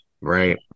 Right